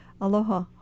Aloha